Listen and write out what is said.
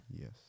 Yes